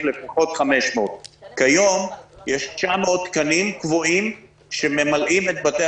לפחות 500. כיום יש 900 תקנים קבועים שממלאים את בתי